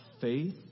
faith